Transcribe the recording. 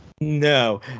No